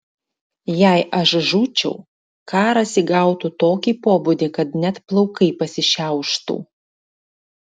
jei aš žūčiau karas įgautų tokį pobūdį kad net plaukai pasišiauštų